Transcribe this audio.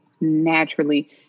naturally